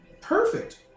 Perfect